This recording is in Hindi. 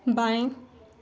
बाएँ